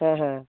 হ্যাঁ হ্যাঁ